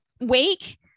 Wake